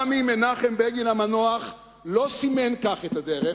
גם אם מנחם בגין המנוח לא סימן כך את הדרך,